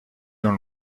dans